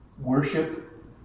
worship